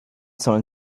sollen